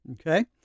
Okay